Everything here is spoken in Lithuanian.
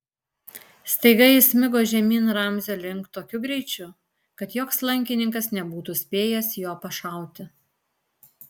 staiga jis smigo žemyn ramzio link tokiu greičiu kad joks lankininkas nebūtų spėjęs jo pašauti